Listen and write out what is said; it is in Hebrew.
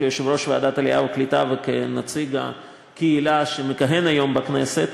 כיושב-ראש ועדת העלייה והקליטה וכנציג הקהילה שמכהן היום בכנסת,